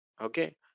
okay